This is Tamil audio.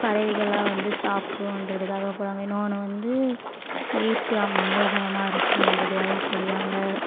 பறவைகளெலாம் வந்து சாப்பிடுன்றதுக்காக போடுவாங்க இன்னொன்று வந்து வீடு மங்களகரமாக இருக்குகிறதுக்காக போடுவாங்க